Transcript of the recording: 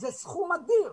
זה סכום אדיר,